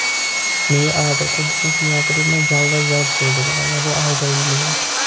مےٚ یہِ آرڈر تۄہہِ دیُمُت چھُ یا کٔریو مےٚ جلد آز جلد سُہ ڈیلِور مےٚ گوٚو آلریڈی لیٹ